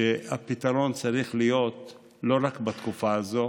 שהפתרון צריך להיות לא רק בתקופה הזו